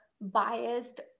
biased